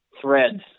threads